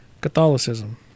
Catholicism